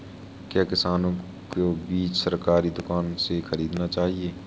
क्या किसानों को बीज सरकारी दुकानों से खरीदना चाहिए?